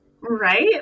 Right